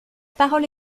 parole